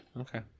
Okay